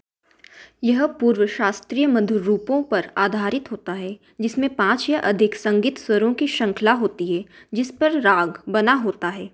यह पूर्व शास्त्रीय मधुर रूपों पर आधारित होता है जिसमें पाँच या अधिक संगीत सुरों की शृंखला होती है जिस पर राग बना होता है